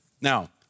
Now